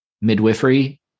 midwifery